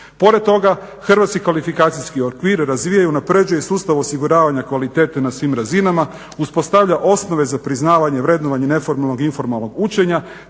Pored toga, Hrvatski kvalifikacijski okvir razvija i unapređuje sustav osiguravanja kvalitete na svim razinama, uspostavlja osnove za priznavanje i vrednovanje neformalno i informalnog učenja